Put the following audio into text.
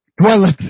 dwelleth